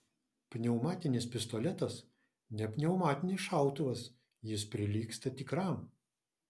pneumatinis pistoletas ne pneumatinis šautuvas jis prilygsta tikram